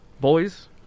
boys